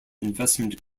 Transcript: investment